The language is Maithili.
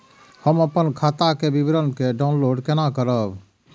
हम अपन खाता के विवरण के डाउनलोड केना करब?